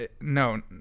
no